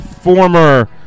former